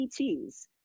PTs